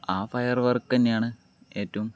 ആ ഫയർ വർക്കുതന്നെയാണ് ഏറ്റവും